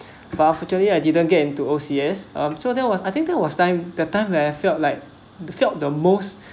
unfortunately I didn't get into O_C_S um so that was I think it was time that time where I felt like the felt the most